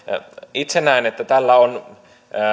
itse näen että tällä on